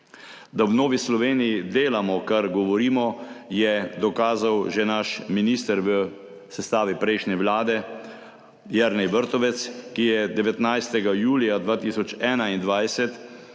Da v Novi Sloveniji delamo, kar govorimo, je dokazal že naš minister v sestavi prejšnje vlade, Jernej Vrtovec, ki je 19. julija 2021